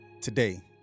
today